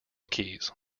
keys